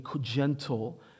gentle